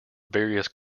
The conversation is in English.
various